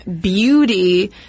beauty